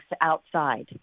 outside